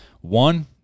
one